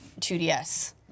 2ds